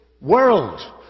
world